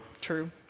True